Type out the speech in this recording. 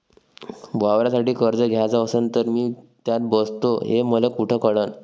वावरासाठी कर्ज घ्याचं असन तर मी त्यात बसतो हे मले कुठ कळन?